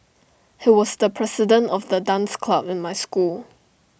he was the president of the dance club in my school